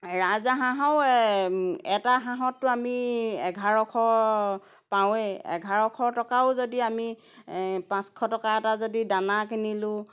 ৰাজ হাঁহো এটা হাঁহততো আমি এঘাৰশ পাওঁৱেই এঘাৰশ টকাও যদি আমি পাঁচশ টকা এটা যদি দানা কিনিলোঁ